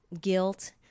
guilt